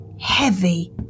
heavy